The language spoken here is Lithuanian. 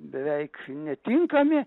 beveik netinkami